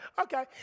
Okay